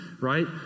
right